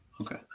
okay